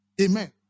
amen